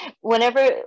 whenever